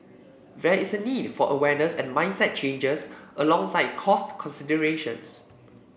there is a need for awareness and mindset changes alongside cost considerations